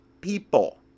people